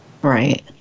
Right